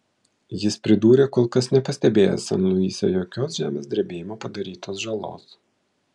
jis pridūrė kol kas nepastebėjęs san luise jokios žemės drebėjimo padarytos žalos